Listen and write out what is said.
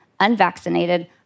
unvaccinated